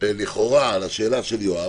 לכאורה על השאלה של יואב,